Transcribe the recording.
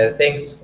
thanks